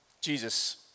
Jesus